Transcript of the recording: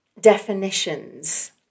definitions